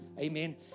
Amen